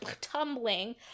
tumbling